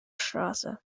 straße